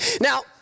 Now